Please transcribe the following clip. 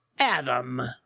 Adam